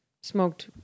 smoked